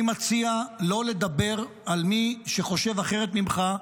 אני מציע לא לדבר על מי שחושב אחרת ממך,